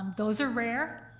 um those are rare,